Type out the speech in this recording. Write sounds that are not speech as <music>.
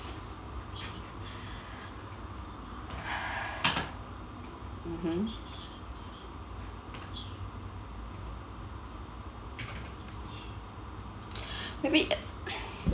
<breath> mmhmm maybe uh